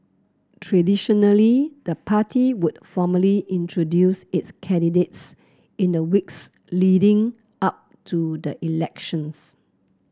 traditionally the party would formally introduce its candidates in the weeks leading up to the elections